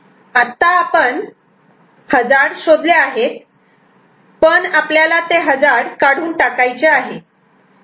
आत्ता आपण हजार्ड शोधले आहेत पण आपल्याला ते हजार्ड काढून टाकायचे आहे